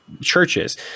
churches